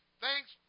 thanks